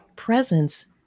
Presence